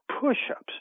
push-ups